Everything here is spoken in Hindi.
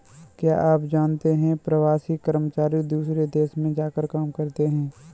क्या आप जानते है प्रवासी कर्मचारी दूसरे देश में जाकर काम करते है?